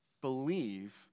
believe